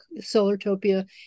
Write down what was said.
Solartopia